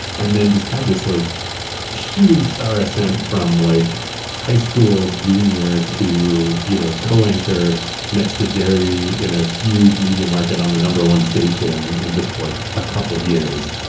and then just had this like shooting-star ascent from like high school junior to you know co-anchor next to jerry in a huge media market on the number one station in just like a couple of years,